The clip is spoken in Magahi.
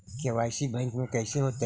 के.वाई.सी बैंक में कैसे होतै?